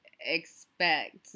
expect